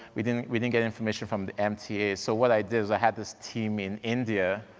we didn't we didn't get information from the mta, so what i did had this team in india.